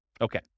Okay